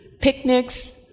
Picnics